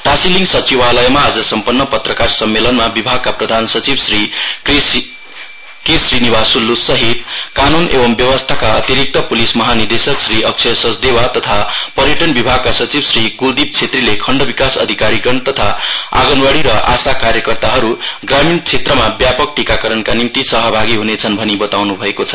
टाशीलीङ संचिवालयमा आज सम्पन्न पत्रकार सम्मेलनमा विभागका प्रधान संचिव श्री के श्रीनिवास्ल्ल्सहित कानून एंव व्यवस्थाका अतिरिक्त प्लिस सहानिदेशक श्री अक्षय सचदेवा तथा पर्यटन विभागका सचिव श्री कुलदिप छेत्रीले खण्ड विकास अधिकारीगण तथा आगनवाडी र आशा कार्यकर्ताहरू ग्रामीण र क्षेत्रमा व्यापक टीकाकरणका निम्ति सहभागी हुनेछन् भनि बताउन् भएको छ